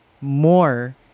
more